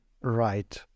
right